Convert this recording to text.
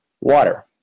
water